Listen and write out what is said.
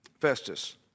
Festus